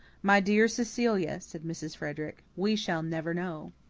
my dear cecilia, said mrs. frederick, we shall never know.